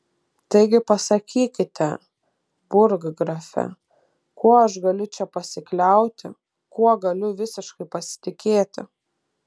taigi pasakykite burggrafe kuo aš galiu čia pasikliauti kuo galiu visiškai pasitikėti